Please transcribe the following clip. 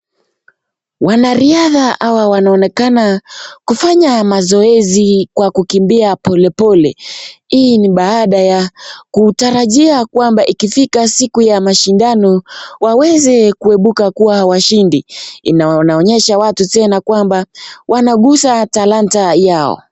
Wanariadha hawa wanaonekana kufanya mazoezi kwa kukimbia pole pole hii ni baada ya kutarajia kuwa ikifika siku ya mashindano waweze kuibuka kuwa washindi na inaonyesha watu kwamba wanakuza talanta yao.